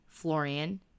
Florian